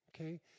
Okay